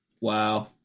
Wow